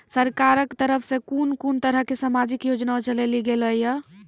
सरकारक तरफ सॅ कून कून तरहक समाजिक योजना चलेली गेलै ये?